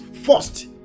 first